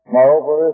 Moreover